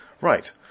Right